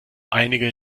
einige